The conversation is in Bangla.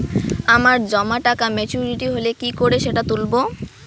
আমার জমা টাকা মেচুউরিটি হলে কি করে সেটা তুলব?